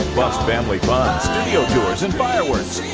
plus family fun, studio tours and fireworks.